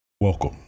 welcome